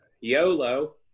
YOLO